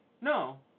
no